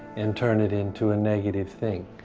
and turn it into a negative thing?